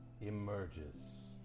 emerges